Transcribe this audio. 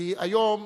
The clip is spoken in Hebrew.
כי היום,